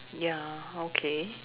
ya okay